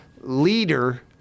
leader